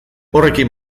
horrekin